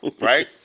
Right